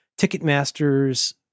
Ticketmaster's